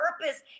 purpose